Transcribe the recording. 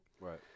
Right